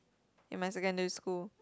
in my secondary school